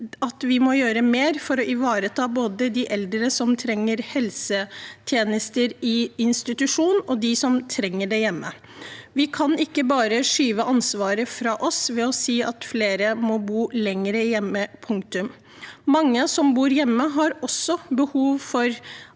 at vi må gjøre mer for å ivareta både de eldre som trenger helsetjenester i institusjon, og de som trenger det hjemme. Vi kan ikke bare skyve ansvaret fra oss ved å si at flere må bo lenger hjemme – punktum. Mange som bor hjemme, har også behov for